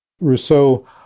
Rousseau